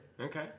Okay